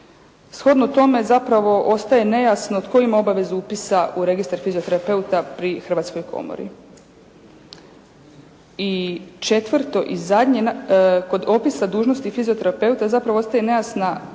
Shodno tome zapravo ostaje nejasno tko ima obavezu upisa u registar fizioterapeuta pri Hrvatskoj komori. I četvrto i zadnje, kod opisa dužnosti fizioterapeuta zapravo ostaje nejasna,